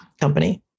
company